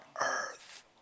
earth